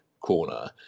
corner